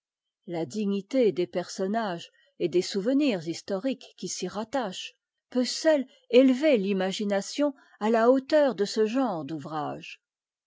la dignité des personnages et des souvenirs historiques qui s'y rattachent peut seule élever l'imagination à la hauteur de ce genre d'ouvrage